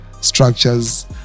structures